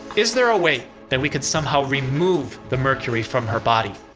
is there a way that we could somehow remove the mercury from her body?